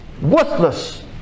worthless